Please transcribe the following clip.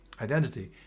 identity